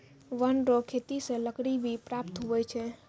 वन रो खेती से लकड़ी भी प्राप्त हुवै छै